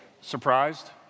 Surprised